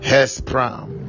Hespram